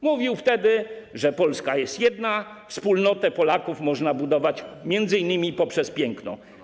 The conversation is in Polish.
Mówił wtedy, że Polska jest jedna, wspólnotę Polaków można budować m.in. poprzez piękno.